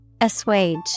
Assuage